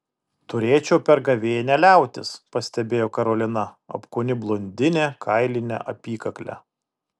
turėčiau per gavėnią liautis pastebėjo karolina apkūni blondinė kailine apykakle